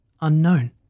Unknown